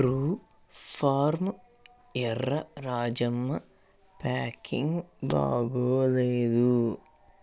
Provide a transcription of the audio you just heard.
true farm Erra Rajamma packing బాగోలేదు